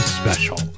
special